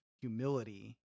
Humility